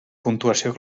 puntuació